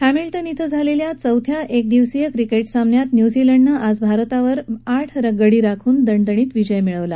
Hamilton क्षे झालेल्या चौथ्या क्रिदिवसीय क्रिकेट सामन्यात न्यूझीलंडनं आज भारतावर आठ गडी राखून दणदणीत विजय मिळवला